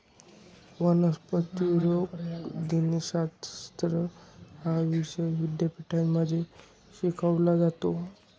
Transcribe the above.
वनस्पती रोगनिदानशास्त्र हा विषय विद्यापीठांमध्ये शिकवला जातो